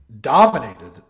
dominated